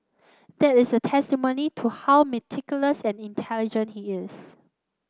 that is a testimony to how meticulous and intelligent he is